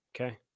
okay